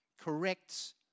corrects